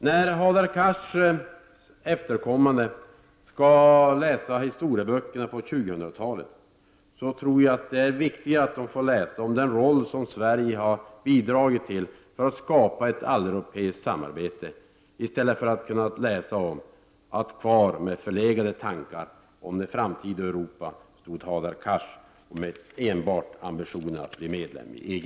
När Hadar Cars efterkommande skall läsa historieböckerna på 2000-talet, tror jag att det är viktigare att de får läsa om den roll som Sverige har bidragit med för att skapa ett alleuropeiskt samarbete än att läsa om att kvar med förlegade tankar om det framtida Europa stod Hadar Cars med enbart ambitionen att bli medlem i EG.